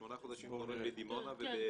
שמונה חודשים קורה בדימונה ובאילת.